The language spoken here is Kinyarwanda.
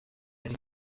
yari